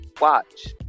watch